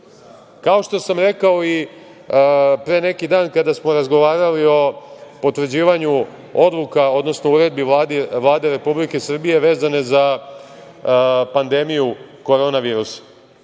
što sam rekao i pre neki dan kada smo razgovarali o potvrđivanju odluka, odnosno uredbi Vlade Republike Srbije vezanoj za pandemiju koronavirusa,